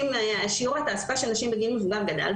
שיעור התעסוקה של נשים בגיל מבוגר גדל,